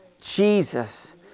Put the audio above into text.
Jesus